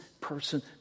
person